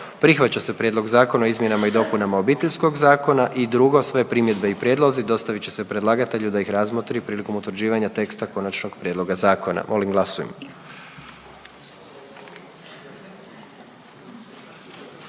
Prihvaća se Prijedlog Zakona o hrvatskom jeziku; i 2. Sve primjedbe i prijedlozi dostavit će se predlagatelju da ih razmotri prilikom utvrđivanja teksta konačnog prijedloga zakona. Molim glasujmo.